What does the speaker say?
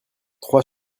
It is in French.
trois